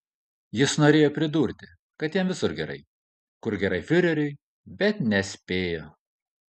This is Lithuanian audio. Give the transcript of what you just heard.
jis norėjo pridurti kad jam visur gerai kur gerai fiureriui bet nespėjo